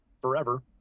forever